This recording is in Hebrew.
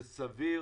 זה סביר.